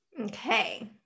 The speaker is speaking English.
Okay